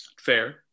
Fair